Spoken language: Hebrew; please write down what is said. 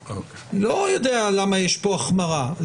אני לא יודע למה יש כאן החמרה.